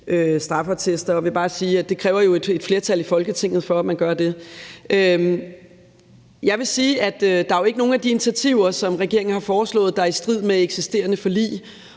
gange, og jeg vil bare sige, at det jo kræver et flertal i Folketinget at gøre det. Jeg vil sige, at der jo ikke er nogen af de initiativer, som regeringen har foreslået, der er i strid med eksisterende forlig,